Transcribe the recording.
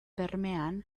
bermean